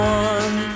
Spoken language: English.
one